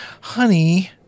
honey